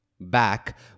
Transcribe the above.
back